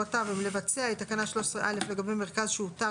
(א)לבצע את תקנה 13(א) לגבי מרכז שאותר